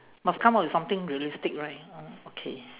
must come up with something realistic right uh okay